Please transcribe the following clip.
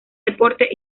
deportes